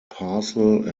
parcel